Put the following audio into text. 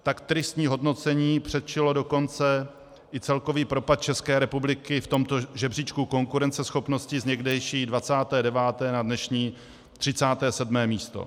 Tak tristní hodnocení předčilo dokonce i celkový propad České republiky v tomto žebříčku konkurenceschopnosti z někdejší 29. na dnešní 37. místo.